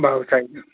बाउ छैन